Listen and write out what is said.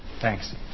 Thanks